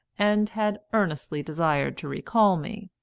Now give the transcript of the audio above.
and had earnestly desired to recall me,